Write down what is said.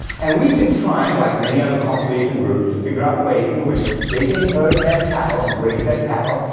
and we've been trying, like many other conservation groups, to figure out ways in which they can herd their cattle and graze their cattle,